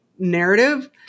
Narrative